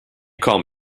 calm